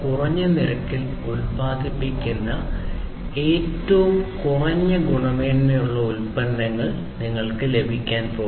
കുറഞ്ഞ നിരക്കിൽ ഉത്പാദിപ്പിക്കുന്ന ഏറ്റവും കുറഞ്ഞ ഗുണമേന്മയുള്ള ഉൽപന്നങ്ങൾ നിങ്ങൾക്ക് ലഭിക്കാൻ പോകുന്നു